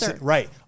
Right